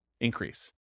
increase